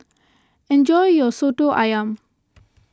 enjoy your Soto Ayam